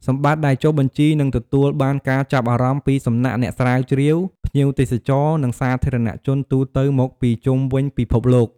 សម្បត្តិដែលចុះបញ្ជីនឹងទទួលបានការចាប់អារម្មណ៍ពីសំណាក់អ្នកស្រាវជ្រាវ ភ្ញៀវទេសចរ និងសាធារណជនទូទៅមកពីជុំវិញពិភពលោក។